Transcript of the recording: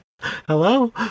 hello